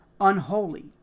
unholy